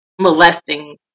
molesting